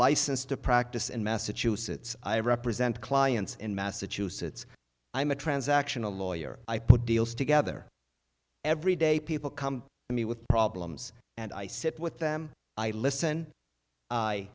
licensed to practice in massachusetts i represent clients in massachusetts i am a transaction a lawyer i put deals together every day people come to me with problems and i sit with them i listen i